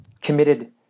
committed